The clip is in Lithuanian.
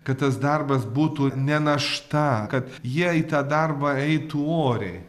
kad tas darbas būtų ne našta kad jie į tą darbą eitų oriai